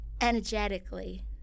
energetically